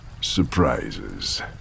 surprises